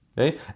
Okay